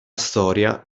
storia